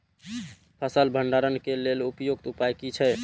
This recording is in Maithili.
फसल भंडारण के लेल उपयुक्त उपाय कि छै?